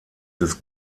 des